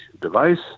device